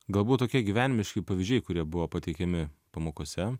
galbūt tokie gyvenimiški pavyzdžiai kurie buvo pateikiami pamokose